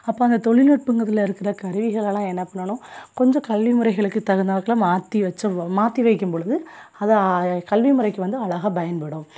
அப்போ அந்த தொழில்நுட்பங்குறதுல இருக்கிற கருவிகளெல்லாம் என்ன பண்ணணும் கொஞ்சம் கல்வி முறைகளுக்கு தகுந்தாப்பில மாற்றி வச்சிடுறோம் மாற்றி வைக்கும்பொழுது அது கல்விமுறைக்கு வந்து அழகா பயன்படும்